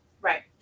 Right